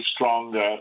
stronger